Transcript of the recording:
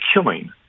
killing